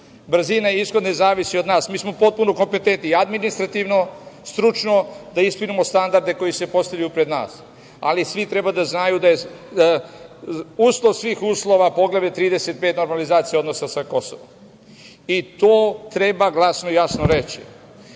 integracija ne zavise od nas. Mi smo potpuno kompetentni, i administrativno i stručno, da ispunimo standarde koji se postavljaju pred nas, ali svi treba da znaju da je uslov svih uslova Poglavlje 35 – normalizacija odnosa sa Kosovom. To treba glasno i jasno reći. Da